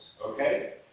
Okay